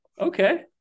Okay